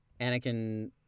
Anakin